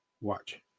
Watch